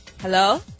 Hello